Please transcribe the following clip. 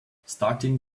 starting